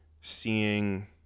seeing